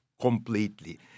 completely